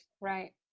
right